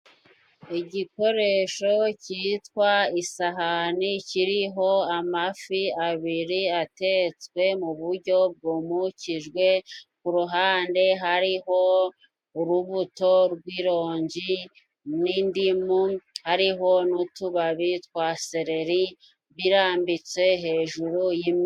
Igikoresho cyitwa isahani kiriho amafi abiri atetswe mu buryo bwmukijwe. Ku ruhande hariho urubuto rw'ironji n'indimu, hariho n'utubabi twa seleri birambitse hejuru y'...